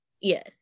yes